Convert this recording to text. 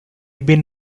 been